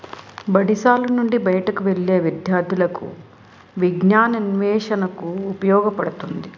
బడిశాల నుంచి బయటకు వెళ్లే విద్యార్థులకు విజ్ఞానాన్వేషణకు ఉపయోగపడుతుంది